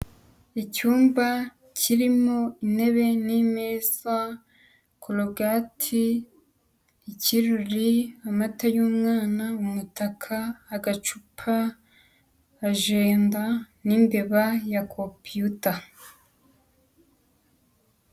Icyumba kirimo intebe n'imeza, korogati, ikirori, amata y'umwana, umutaka, agacupa, ajenda n'imbeba ya computer.